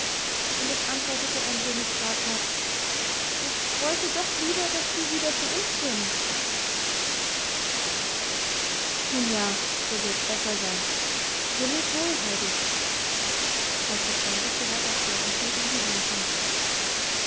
und es antwortete ein wenig zaghaft ich wollte doch lieber daß sie wieder zu uns kämen nun ja so wird's besser sein so leb wohl heidi sagte freundlich der herr doktor und hielt ihm die hand hin